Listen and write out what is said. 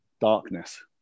darkness